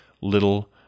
little